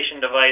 device